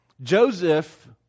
Joseph